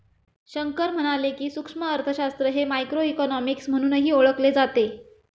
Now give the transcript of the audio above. शंकर म्हणाले की, सूक्ष्म अर्थशास्त्र हे मायक्रोइकॉनॉमिक्स म्हणूनही ओळखले जाते